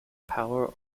power